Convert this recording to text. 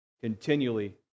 continually